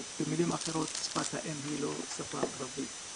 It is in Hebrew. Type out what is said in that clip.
או במילים אחרות, שפת האם היא לא השפה הערבית.